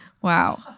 Wow